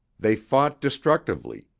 they fought destructively,